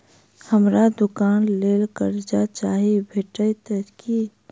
हमरा दुकानक लेल कर्जा चाहि भेटइत की?